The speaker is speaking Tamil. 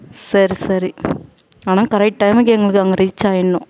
சரி சரி ஆனால் கரெக்ட் டைமுக்கு எங்களுக்கு அங்கே ரீச் ஆயிடுணும்